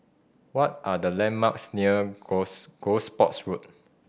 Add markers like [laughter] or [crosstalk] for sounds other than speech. what are the landmarks near [unintelligible] Gosport's Road